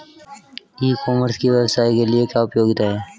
ई commerce की व्यवसाय के लिए क्या उपयोगिता है?